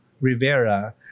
Rivera